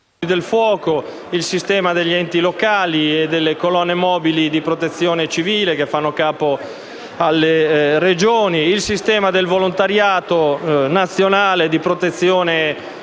dei vigili del fuoco, il sistema degli enti locali e delle colonne mobili di protezione civile che fanno capo alle Regioni, il sistema del volontariato nazionale di protezione civile,